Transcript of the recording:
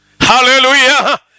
Hallelujah